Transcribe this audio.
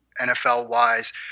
NFL-wise